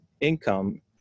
income